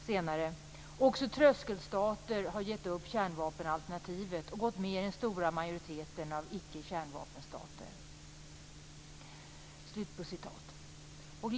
Senare säger han: Också tröskelstater har gett upp kärnvapenalternativet och gått med i den stora majoriteten av icke-kärnvapenstater.